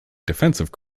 defensive